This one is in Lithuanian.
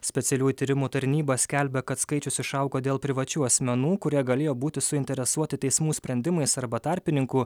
specialiųjų tyrimų tarnyba skelbia kad skaičius išaugo dėl privačių asmenų kurie galėjo būti suinteresuoti teismų sprendimais arba tarpininkų